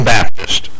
Baptist